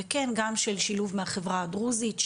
שילוב מהחברה הדרוזית,